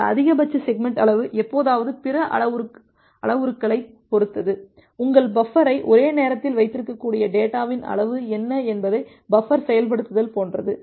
இந்த அதிகபட்ச செக்மெண்ட் அளவு எப்போதாவது பிற அளவுருக்களைப் பொறுத்தது உங்கள் பஃபரை ஒரே நேரத்தில் வைத்திருக்கக்கூடிய டேட்டாவின் அளவு என்ன என்பதை பஃபர் செயல்படுத்தல் போன்றது